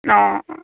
অ